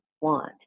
want